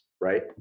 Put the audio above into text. right